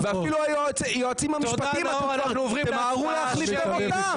ואפילו היועצים המשפטיים אתם כבר תמהרו להחליף גם אותם.